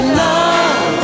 love